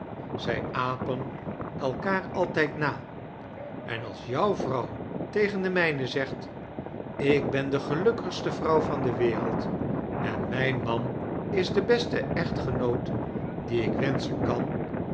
zij apen elkaar altijd aa en als jou vrouw tegen de mijne zegt ik bea de gelukkigste vrouw vaa de wereld en mijn man is de beste eohtgenoot dien ik wensohen kan